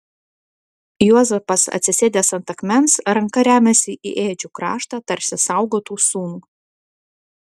juozapas atsisėdęs ant akmens ranka remiasi į ėdžių kraštą tarsi saugotų sūnų